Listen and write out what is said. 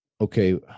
okay